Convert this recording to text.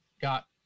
got